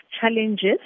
challenges